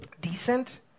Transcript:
decent